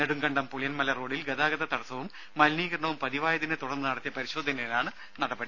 നെടുങ്കണ്ടം പുളിയൻമല റോഡിൽ ഗതാഗത തടസ്സവും മലിനീകരണവും പതിവായതിനെ തുടർന്ന് നടത്തിയ പരിശോധനയിലാണ് നടപടി